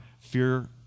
fear